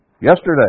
yesterday